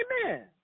Amen